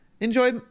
enjoy